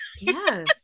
yes